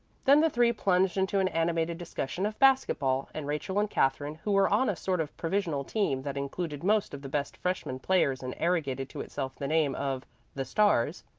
then the three plunged into an animated discussion of basket-ball, and rachel and katherine, who were on a sort of provisional team that included most of the best freshman players and arrogated to itself the name of the stars,